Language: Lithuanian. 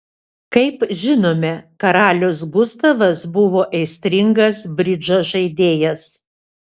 kaip žinome karalius gustavas buvo aistringas bridžo žaidėjas